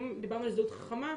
אם דיברנו על תעודת זהות חכמה,